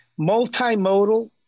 multimodal